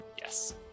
Yes